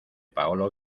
paulo